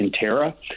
Interra